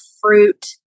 fruit